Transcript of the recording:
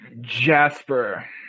Jasper